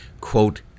quote